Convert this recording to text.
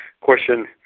question